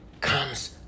comes